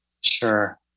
Sure